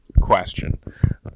question